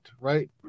right